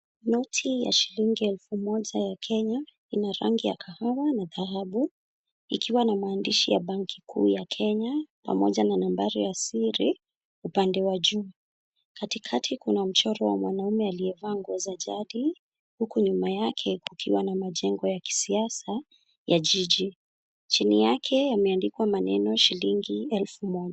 Noti ya shilingi elfu moja ya Kenya, ina rangi ya kahawa na dhahabu, ikiwa na maandishi ya banki kuu ya Kenya pamoja na nambari ya siri upande wa juu. Katikati kuna mchoro wa mwanaume aliyevaa nguo za jadi, huku nyuma yake kukiwa na majengo ya kisiasa ya jiji. Chini yake yameandikwa maneno shilingi elfu moja.